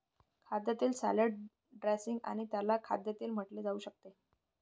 खाद्यतेल salad dressing आणि त्याला खाद्यतेल म्हटले जाऊ शकते